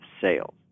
sales